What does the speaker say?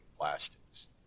plastics